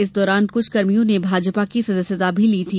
इस दौरान कुछ कर्मियों ने भाजपा की सदस्यता भी ली थी